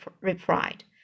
replied